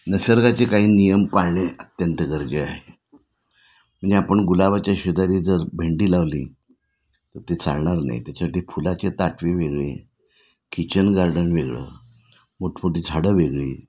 निसर्गाचे काही नियम पाळणे अत्यंत गरज आहे म्हणजे आपण गुलाबाच्या शेजारी जर भेंडी लावली तर ते चालणार नाही त्याच्यासाठी फुलाचे ताटवे वेगळे किचन गार्डन वेगळं मोठमोठी झाडं वेगळी